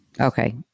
Okay